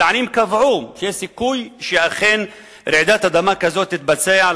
מדענים קבעו שיש סיכוי שאכן רעידת אדמה כזאת תתבצע,